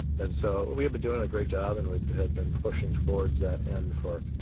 and so we had been doing a great job, and we had been pushing towards that and for,